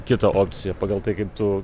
kitą opciją pagal tai kaip tu